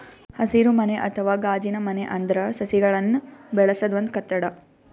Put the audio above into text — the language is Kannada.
ಹಸಿರುಮನೆ ಅಥವಾ ಗಾಜಿನಮನೆ ಅಂದ್ರ ಸಸಿಗಳನ್ನ್ ಬೆಳಸದ್ ಒಂದ್ ಕಟ್ಟಡ